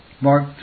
Mark